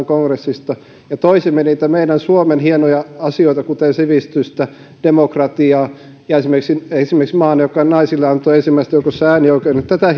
kongressista ja niitä meidän suomen hienoja asioita kuten sivistystä ja demokratiaa esimerkiksi maana joka naisille antoi ensimmäisten joukossa äänioikeuden ja tätä